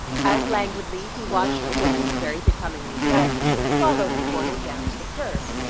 as languidly he watched a woman very becomingly dressed, follow the porter down to the curb.